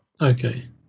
Okay